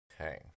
Okay